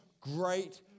great